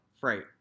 freight